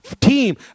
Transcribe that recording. team